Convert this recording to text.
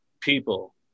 people